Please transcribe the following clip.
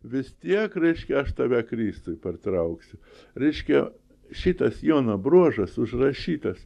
vis tiek reiškia aš tave kristui pertrauksiu reiškia šitas jono bruožas užrašytas